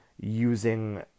using